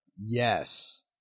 Yes